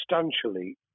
substantially